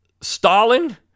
Stalin